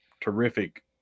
terrific